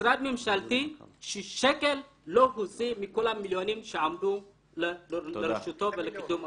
משרד ממשלתי ששקל לא הוציא מכל המיליונים שעמדו לרשותו לקידום הספורט.